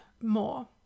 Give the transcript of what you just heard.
more